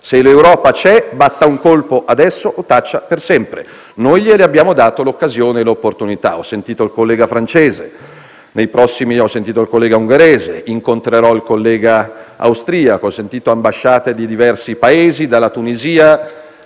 Se l'Europa c'è, batta un colpo adesso o taccia per sempre. Noi gliene abbiamo dato l'occasione e l'opportunità. Ho sentito il collega francese, quello ungherese, incontrerò il collega austriaco, ho sentito ambasciate di diversi Paesi, dalla Tunisia